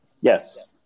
Yes